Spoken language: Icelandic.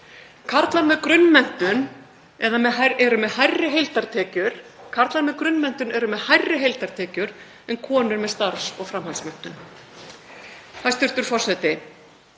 Karlar með grunnmenntun eru með hærri heildartekjur en konur með starfs- og framhaldsmenntun. Hæstv. forseti.